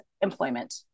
employment